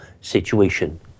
situation